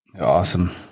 Awesome